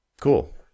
cool